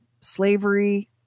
slavery